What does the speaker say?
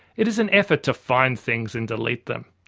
it is an effort to find things and delete them.